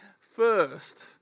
first